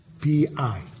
P-I